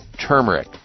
Turmeric